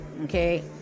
okay